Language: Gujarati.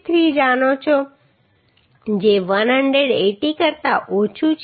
53 જાણો છો જે 180 કરતા ઓછું છે